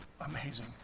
amazing